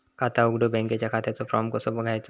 खाता उघडुक बँकेच्या खात्याचो फार्म कसो घ्यायचो?